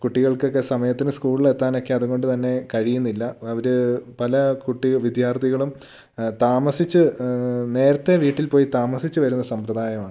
കുട്ടികൾക്കൊക്കെ സമയത്തിന് സ്കൂളിലെത്താനൊക്കെ അതുകൊണ്ട് തന്നെ കഴിയുന്നില്ല അവര് പല കുട്ടി വിദ്യാർഥികളും താമസിച്ച് നേരത്തെ വീട്ടിൽ പോയി താമസിച്ച് വരുന്ന സമ്പ്രദായമാണ്